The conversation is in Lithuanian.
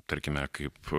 tarkime kaip